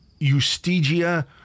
Eustigia